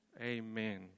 Amen